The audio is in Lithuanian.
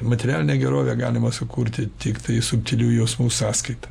materialinę gerovę galima sukurti tiktai subtilių jausmų sąskaita